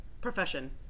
profession